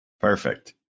Perfect